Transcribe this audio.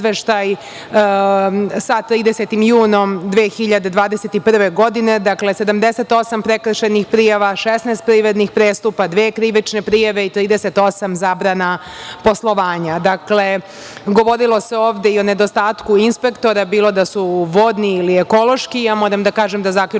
sa 30. junom 2021. godine. Dakle, 78 prekršajnih prijava, 16 privrednih prestupa, dve krivične prijave, 38 zabrana poslovanja. Dakle, govorilo se ovde i o nedostatku inspektora, bilo da su vodni ili ekološki. Ja moram da kažem da, zaključkom